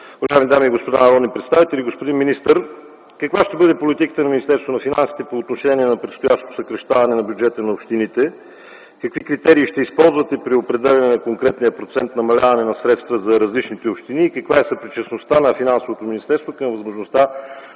уважаеми дами и господа народни представители! Господин министър, каква ще бъде политиката на Министерството на финансите по отношение на предстоящото съкращаване на бюджета на общините? Какви критерии ще използвате при определяне на конкретния процент намаляване на средства за различните общини и каква е съпричастността на Финансовото министерство към възможността